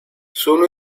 sono